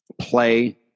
play